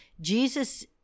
Jesus